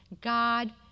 God